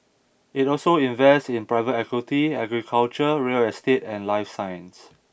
it also invests in private equity agriculture real estate and life science